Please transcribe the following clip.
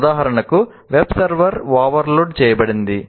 ఉదాహరణకు web server overload చేయబడింది